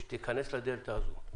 שתיכנס לדלתא הזו.